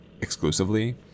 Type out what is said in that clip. exclusively